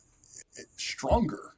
stronger